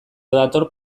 dator